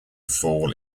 fall